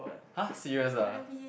!huh! serious ah